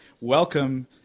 Welcome